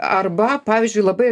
arba pavyzdžiui labai